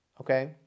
okay